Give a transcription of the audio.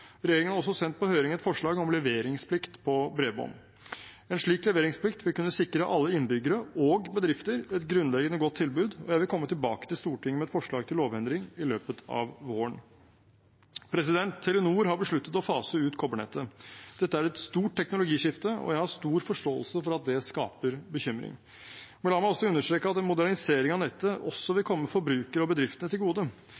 Regjeringen har også sendt på høring et forslag om leveringsplikt på bredbånd. En slik leveringsplikt vil kunne sikre alle innbyggere og bedrifter et grunnleggende godt tilbud, og jeg vil komme tilbake til Stortinget med et forslag til lovendring i løpet av våren. Telenor har besluttet å fase ut kobbernettet. Dette er et stort teknologiskifte, og jeg har stor forståelse for at det skaper bekymring. Men la meg også understreke at en modernisering av nettet også